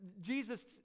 Jesus